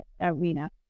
arena